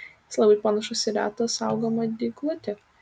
jis labai panašus į retą saugomą dyglutį